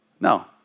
No